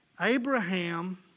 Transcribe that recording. Abraham